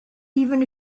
even